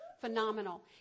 phenomenal